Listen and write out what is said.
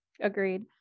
agreed